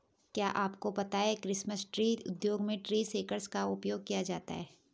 क्या आपको पता है क्रिसमस ट्री उद्योग में ट्री शेकर्स का उपयोग किया जाता है?